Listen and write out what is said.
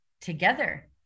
together